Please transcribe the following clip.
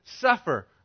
suffer